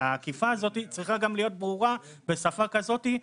והאכיפה הזאת צריכה להיות ברורה ובשפה כזאת שנבין.